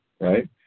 right